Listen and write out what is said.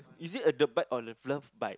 is it a the bite or a love bite